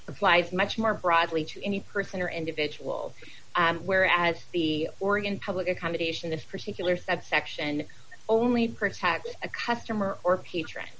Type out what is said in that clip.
applies much more broadly to any person or individual where as the oregon public accommodation this particular subsection only protects a customer or patron